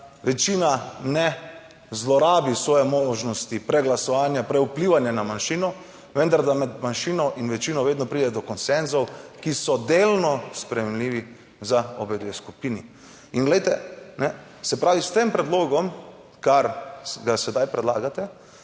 večina ne zlorabi svoje možnosti preglasovanja, prevplivanja na manjšino, vendar da med manjšino in večino vedno pride do konsenzov, ki so delno sprejemljivi za obe dve skupini. In glejte, ne, se pravi, s tem predlogom, kar ga sedaj predlagate,